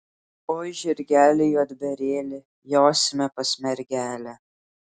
oi žirgeli juodbėrėli josime pas mergelę